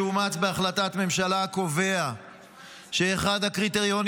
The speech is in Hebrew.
שאומץ בהחלטת ממשלה קובע שאחד הקריטריונים